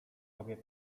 sobie